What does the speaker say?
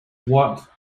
watt